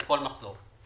לכל מחזור.